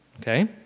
okay